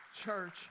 church